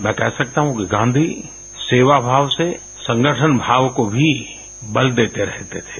मैं ेकह सकता हूं कि गांधी सेवा भाव से संगठन भाव को भी बल देते रहते थे